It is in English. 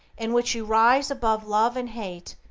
in which you rise above love and hate,